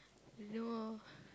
no